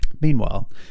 Meanwhile